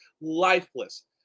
lifeless